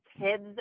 kids